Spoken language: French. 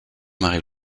marie